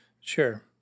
Sure